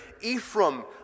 Ephraim